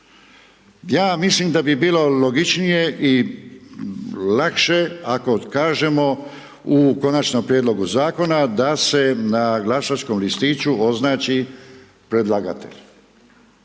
Ja mislim da bi bilo logičnije i lakše ako kažemo u konačnom prijedlogu zakona da se na glasačkom listiću označi predlagatelj,